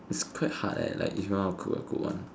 it's quite hard eh like if you wanna cook a good one